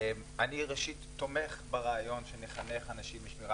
אני ראשית תומך ברעיון של לחנך אנשים לשמירה